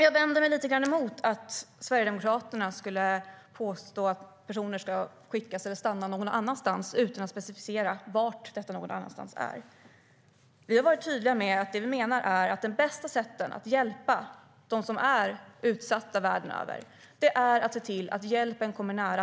Jag vänder mig lite grann emot påståendet att Sverigedemokraterna skulle säga att personer ska stanna någon annanstans utan att specificera var detta är. Vi har varit tydliga med att det vi menar är att det bästa sättet att hjälpa dem som är utsatta världen över är att se till att hjälpen kommer nära.